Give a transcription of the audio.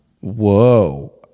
Whoa